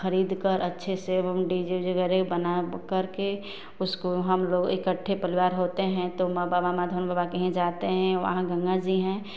खरीदकर अच्छे से हम डी जे उजे करके उसको हमलोग इकट्ठा परिवार होता है तो वहाँ माधवानन्द बाबा के वहाँ जाते हैं वहाँ गंगा जी हैं